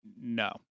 No